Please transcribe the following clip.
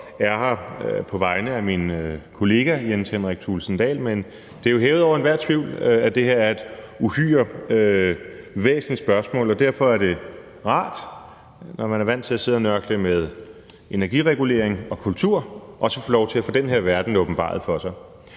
er her på vegne af min kollega Jens Henrik Thulesen Dahl, men det er jo hævet over enhver tvivl, at det her er et uhyre væsentligt spørgsmål, og derfor er det rart, når man er vant til at sidde og nørkle med energiregulering og kultur, også at få lov til at få den her verden åbenbaret for sig.